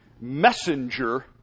messenger